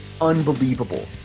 Unbelievable